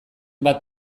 bat